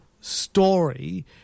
story